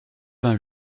vingt